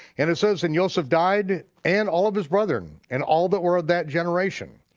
and it says and yoseph died, and all of his brethren, and all that were of that generation.